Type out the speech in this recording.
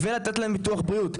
ולתת להם ביטוח בריאות,